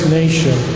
nation